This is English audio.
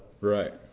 Right